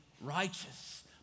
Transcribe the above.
righteous